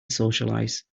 socialize